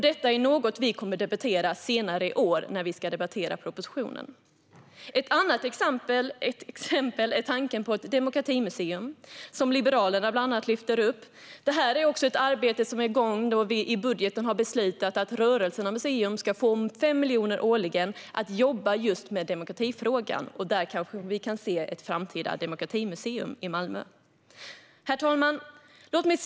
Detta är något vi kommer att debattera senare i år, då vi ska behandla propositionen. Ett annat exempel är tanken på ett demokratimuseum, som bland annat Liberalerna lyfter upp. Det är också ett arbete som är igång, då vi i budgeten har gett Rörelsernas museum 5 miljoner årligen för att jobba med just demokratifrågan. Kanske får vi se ett framtida demokratimuseum i Malmö. Herr talman!